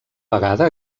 vegada